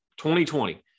2020